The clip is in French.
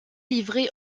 livrer